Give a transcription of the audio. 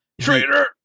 traitor